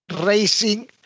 racing